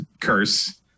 curse